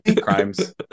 crimes